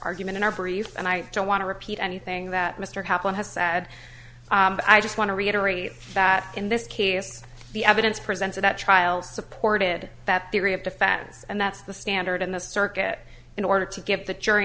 argument in our brief and i don't want to repeat anything that mr kaplan has said but i just want to reiterate that in this case the evidence presented at trial supported that theory of defense and that's the standard in the circuit in order to give the jury